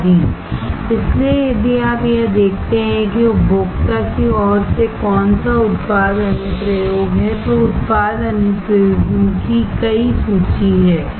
आदि इसलिए यदि आप यह देखते हैं कि उपभोक्ता की ओर से कौन सा उत्पाद अनुप्रयोग है तो उत्पाद अनुप्रयोगों की कई सूची है